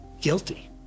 guilty